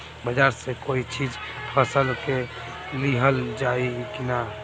बाजार से कोई चीज फसल के लिहल जाई किना?